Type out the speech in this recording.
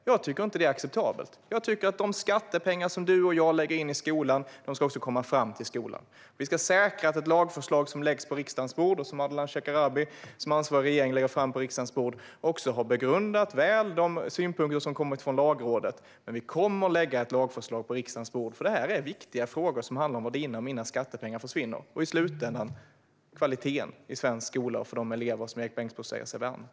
Jag tycker inte att det är acceptabelt. Jag tycker att de skattepengar som du och jag lägger in i skolan också ska komma fram till skolan. Vi ska säkra att man i det lagförslag som läggs på riksdagens bord, och som Ardalan Shekarabi är ansvarig för i regeringen, har begrundat synpunkterna väl, också de synpunkter som kommer från Lagrådet. Vi kommer att lägga fram ett lagförslag på riksdagens bord, för det här är viktiga frågor som handlar om vart dina och mina skattepengar försvinner. I slutändan handlar det om kvaliteten i svensk skola och för de elever som Erik Bengtzboe säger sig värna.